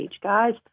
guys